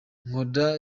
nkora